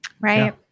right